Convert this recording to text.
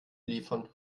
liefern